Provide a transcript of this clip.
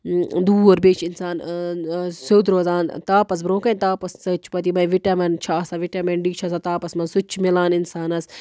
دوٗر بیٚیہِ چھِ اِنسان سیوٚد روزان تاپَس برٛونٛہہ کَنہِ تاپَس سۭتۍ چھِ پَتہٕ یِمے وِٹیمِن چھِ آسان وِٹیمِن ڈی چھُ آسان تاپَس منٛز سُہ تہِ چھُ میلان اِنسانَس